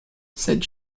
said